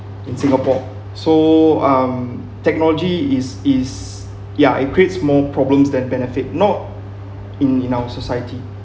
in singapore so um technology is is ya it creates more problems than benefit not in our society